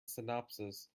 synopsis